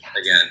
again